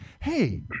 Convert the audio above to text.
hey